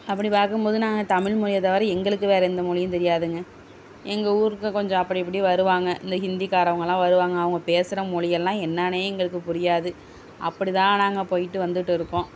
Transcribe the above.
அப்படி பார்க்கும்போது நாங்கள் தமிழ் மொழியை தவிர எங்களுக்கு வேறு எந்த மொழியும் தெரியாதுங்க எங்கள் ஊருக்கு கொஞ்சம் அப்படி இப்படி வருவாங்க இந்த ஹிந்திகாரவங்களாம் வருவாங்க அவங்க பேசுற மொழியெல்லாம் என்னானே எங்களுக்கு புரியாது அப்படிதான் நாங்கள் போய்ட்டு வந்துட்டு இருக்கோம்